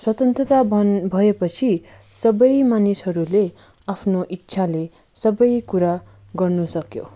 स्वतन्त्रता भन् भएपछि सबै मानिसहरूले आफ्नो इच्छाले सबैकुरा गर्न सक्यो